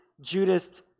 Judas